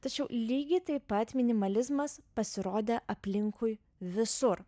tačiau lygiai taip pat minimalizmas pasirodė aplinkui visur